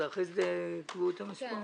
התשע"ט-2018 נתקבלו.